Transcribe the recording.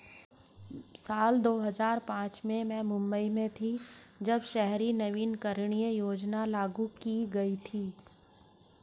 साल दो हज़ार पांच में मैं मुम्बई में थी, जब शहरी नवीकरणीय योजना लागू की गई थी